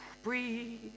breathe